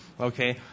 Okay